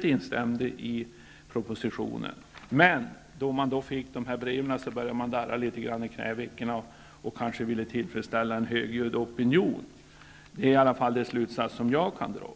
de instämde helt i propositionens förslag. Men då man fick de här breven, började man darra litet i knävecken och ville kanske tillfredsställa en högljudd opinion. Det är i alla fall den slutsats som jag kan dra.